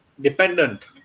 dependent